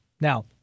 Now